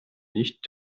nicht